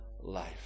life